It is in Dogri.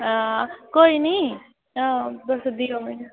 हां कोई निं हां तुस देओ मिगी